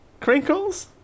crinkles